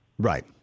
Right